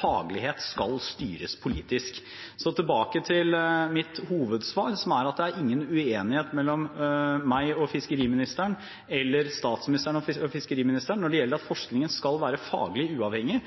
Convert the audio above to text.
faglighet skal styres politisk. Så tilbake til mitt hovedsvar, som er at det er ingen uenighet mellom meg og fiskeriministeren eller mellom statsministeren og fiskeriministeren når det gjelder det at forskningen skal være faglig uavhengig.